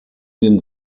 den